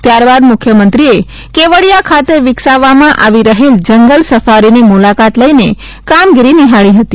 ત્યાર બાદ મુખ્યમંત્રીએ કેવડીયા ખાતે વિકસાવવામાં આવી રહેલ જંગલ સફારીની મુલાકાત લઈને કામગીરી નિહાળી હતી